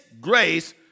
grace